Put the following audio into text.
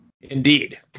Indeed